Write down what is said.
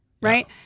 right